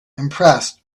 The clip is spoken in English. impressed